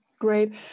Great